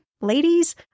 ladies